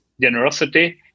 generosity